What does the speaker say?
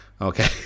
Okay